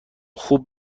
خوب